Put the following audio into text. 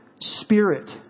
spirit